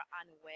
unaware